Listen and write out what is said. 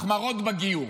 החמרות בגיור.